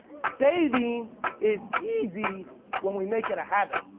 saving is easy when we make it a habit.